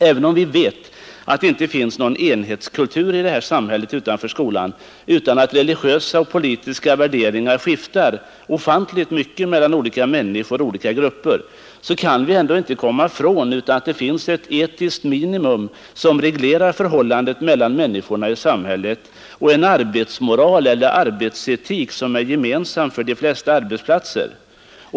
Även om vi vet att det inte finns någon enhetskultur i detta samhälle utanför skolan utan att religiösa och politiska värderingar skiftar ofantligt mellan olika människor och grupper, så kan vi ändå inte komma ifrån att det finns ett etiskt minimum, som reglerar förhållandet mellan människorna och samhället, och en arbetsmoral eller arbetsetik, som är gemensam för de flesta arbetsplatser.